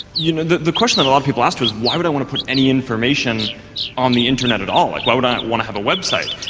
you know the the question that a lot of people asked was why would i want to put any information on the internet at all? like why would i want to have a website?